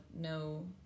no